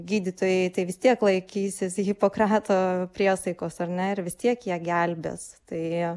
gydytojai tai vis tiek laikysis hipokrato priesaikos ar ne vis tiek ją gelbės tai